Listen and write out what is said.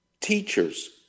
teachers